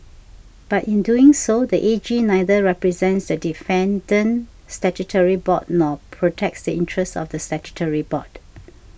but in doing so the A G neither represents the defendant statutory board nor protects the interests of the statutory board